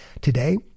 Today